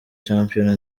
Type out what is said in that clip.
shampiyona